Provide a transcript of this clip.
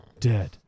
dead